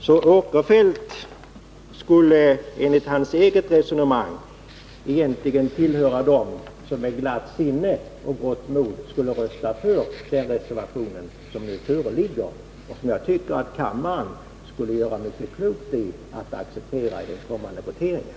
Herr Åkerfeldt skulle alltså enligt sitt eget resonemang egentligen tillhöra dem som med glatt sinne och gott mod skulle rösta för den reservation som föreligger och som jag tycker att kammaren skulle göra mycket klokt i att acceptera i den kommande voteringen.